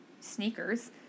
sneakers